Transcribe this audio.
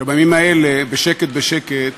שבימים האלה בשקט-בשקט